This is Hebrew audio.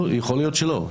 יכול להיות שלא.